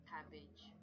Cabbage